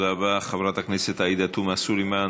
חברת הכנסת עאידה תומא סלימאן,